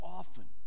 often